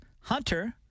Hunter